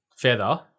feather